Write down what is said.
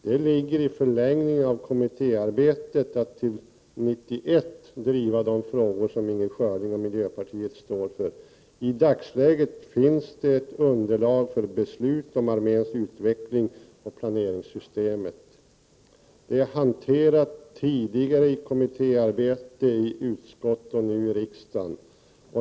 Det ligger i förlängningen av kommittéarbetet att till 1991 driva de frågor som Inger Schörling och miljöpartiet står för. I dagsläget finns det ett underlag för beslut om arméns utveckling och planeringssystemet. Det är hanterat tidigare i kommittéarbete, i utskott och nu i riksdagen.